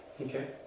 okay